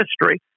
history